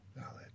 knowledge